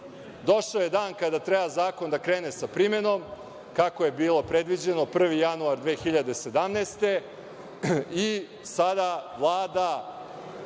Došao je dan kada treba zakon da krene sa primenom, kako je bilo predviđeno 1. januar 2017.